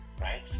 right